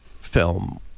film